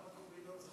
למה קומבינות?